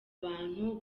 abantu